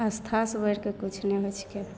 आस्थासे बढ़िके किछु भी नहि होइ छिकै